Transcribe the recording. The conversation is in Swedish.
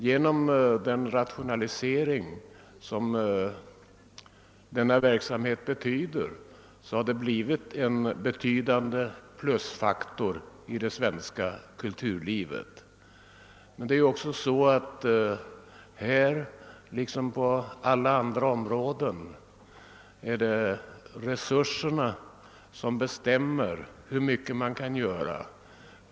Den rationalisering som utvecklingsverksamheten innebär har blivit en be tydande plusfaktor i det svenska kulturlivet. Emellertid är det här, liksom på alla andra områden, resurserna som bestämmer hur mycket man kan göra.